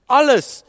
alles